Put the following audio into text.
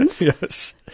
Yes